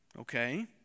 Okay